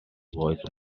voice